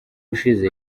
ushize